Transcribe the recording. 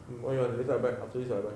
mm what you want later I buy after this I buy